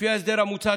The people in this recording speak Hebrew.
לפי ההסדר המוצע,